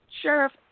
Sheriff